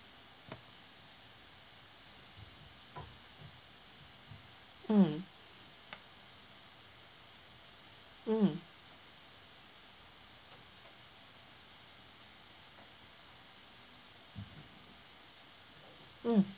um um um